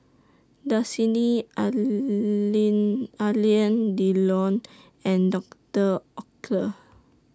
Dasani Alain Delon and Doctor Oetker